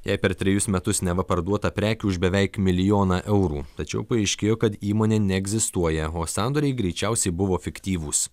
jai per trejus metus neva parduota prekių už beveik milijoną eurų tačiau paaiškėjo kad įmonė neegzistuoja o sandoriai greičiausiai buvo fiktyvūs